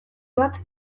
bat